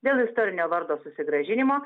dėl istorinio vardo susigrąžinimo